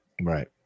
Right